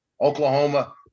Oklahoma